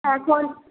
এখন